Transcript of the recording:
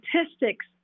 statistics